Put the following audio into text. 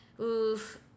oof